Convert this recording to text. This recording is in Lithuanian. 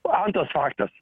antras faktas